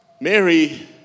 Mary